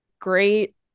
great